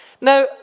Now